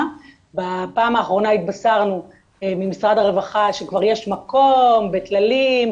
בפעם האחרונה התבשרנו ממשרד הרווחה שכבר יש מקום בטללים,